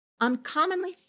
uncommonly